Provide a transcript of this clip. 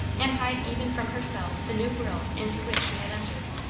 and hide even from herself the new world into which she had entered.